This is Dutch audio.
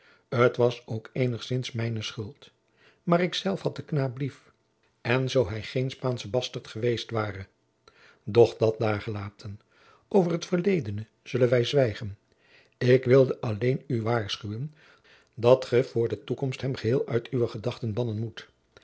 t was ook eenigzins mijne schuld maar ik zelf had den knaap lief en zoo hij geen spaansche bastert geweest ware doch dat daargelaten over het verledene zullen wij zwijgen ik wilde alleen u waarschuwen dat ge voor de toekomst hem geheel uit uwe gedachten bannen moet